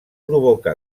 provoca